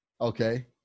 Okay